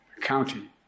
county